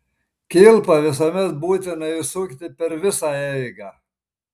kilpą visuomet būtina įsukti per visą eigą